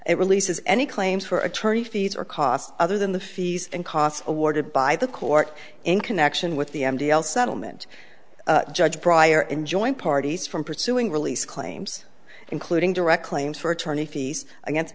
it releases any claims for attorney fees or costs other than the fees and costs awarded by the court in connection with the m d l settlement judge prior enjoined parties from pursuing release claims including direct claims for attorney fees against